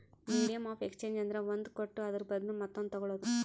medium of exchange ಅಂದ್ರ ಒಂದ್ ಕೊಟ್ಟು ಅದುರ ಬದ್ಲು ಮತ್ತೊಂದು ತಗೋಳದ್